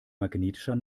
magnetischer